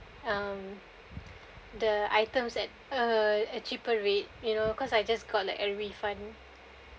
(um)the items at uh a cheaper rate you know because I just got refund